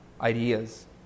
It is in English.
ideas